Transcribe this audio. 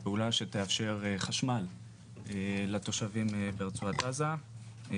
פעולה שתאפשר חשמל לתושבים ברצועת עזה.